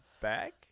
back